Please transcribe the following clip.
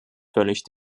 völlig